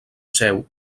seu